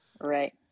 Right